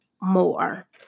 more